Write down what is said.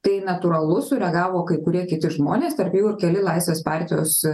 tai natūralu sureagavo kai kurie kiti žmonės tarp jų ir keli laisvės partijos